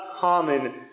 common